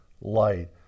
light